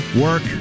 work